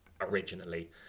originally